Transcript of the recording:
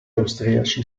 austriaci